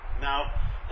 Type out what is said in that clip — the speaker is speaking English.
Now